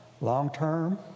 Long-term